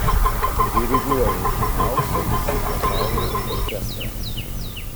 diriguoja žymiausiems pasaulio orkestrams